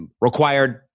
Required